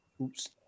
Oops